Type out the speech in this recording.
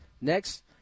next